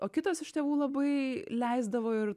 o kitas iš tėvų labai leisdavo ir